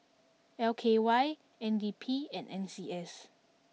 L K Y N D P and N C S